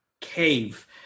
cave